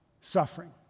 suffering